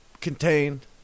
contained